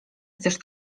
chcesz